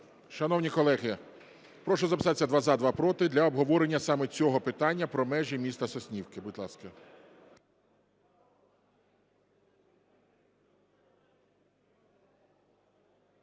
Шановні колеги, прошу записатися: два – за, два – проти для обговорення саме цього питання про межі міста Соснівки, будь ласка.